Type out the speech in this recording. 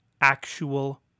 actual